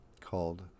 called